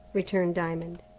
returned diamond.